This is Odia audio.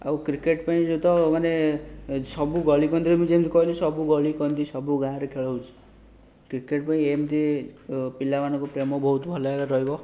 ଆଉ କ୍ରିକେଟ୍ ପାଇଁ ଯଦି ତ ମାନେ ସବୁ ଗଳିକନ୍ଦିରେ ବି ମୁଁ ଯେମିତି କହିଲି ସବୁ ଗଳିକନ୍ଦି ସବୁ ଗାଁରେ ଖେଳ ହେଉଛି କ୍ରିକେଟ୍ ପାଇଁ ଏମିତି ପିଲାମାନଙ୍କୁ ପ୍ରେମ ବହୁତ ଭଲ ଭାବରେ ରହିବ